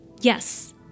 Yes